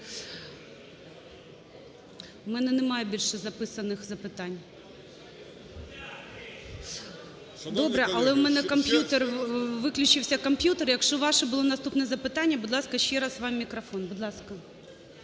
У мене немає більше записаних запитань. Добре, але у мене комп'ютер, виключився комп'ютер. Якщо ваше було наступне запитання, будь ласка, ще раз вам мікрофон.